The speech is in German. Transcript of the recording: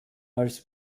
als